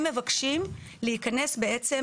הם מבקשים להיכנס בעצם